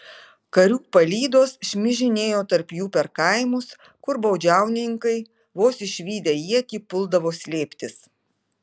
karių palydos šmižinėjo tarp jų per kaimus kur baudžiauninkai vos išvydę ietį puldavo slėptis